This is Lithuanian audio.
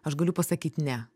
aš galiu pasakyt ne